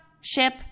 ship